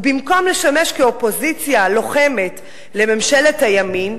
ובמקום לשמש כאופוזיציה לוחמת לממשלת הימין,